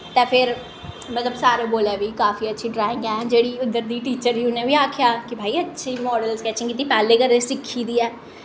ते फिर मतलब कि अच्छी काफी अच्छी ड्राईंग ऐ जेह्ड़ी उद्धर दी टीचर ही उ'नें बी आखेआ भाई मॉडल स्कैचिंग कीती पैह्लें कदैं कीती दी ऐ